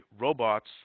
robots